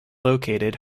located